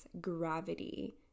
gravity